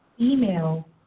email